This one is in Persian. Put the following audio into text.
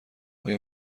آیا